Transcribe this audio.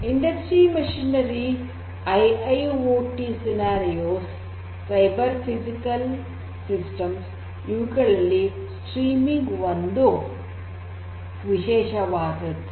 ಕೈಗಾರಿಕಾ ಯಂತ್ರೋಪಕರಣಗಳು I I O T ಸನ್ನಿವೇಶಗಳು ಸೈಬರ್ ಫಿಸಿಕಲ್ ಸಿಸ್ಟಮ್ಸ್ ಇವುಗಳಲ್ಲಿ ಸ್ಟ್ರೀಮಿಂಗ್ ಒಂದು ವಿಶೇಷವಾದದ್ದು